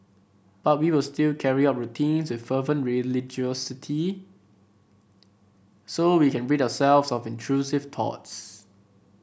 but we will still carry out routines with fervent religiosity so we can rid ourselves of intrusive thoughts